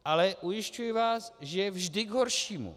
Ale ujišťuji vás, že vždy k horšímu.